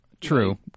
True